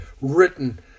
written